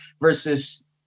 versus